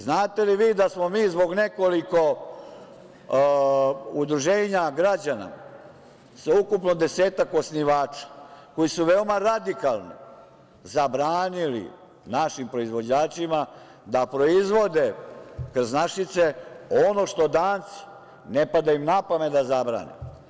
Znate li vi da smo mi zbog nekoliko udruženja građana, sa ukupno 10 osnivača, koji su veoma radikalni, zabranili našim proizvođačima da proizvode krznašice, ono što Dancima ne pada na pamet da zabrane?